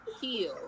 heal